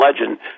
legend